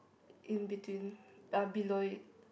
in between uh below it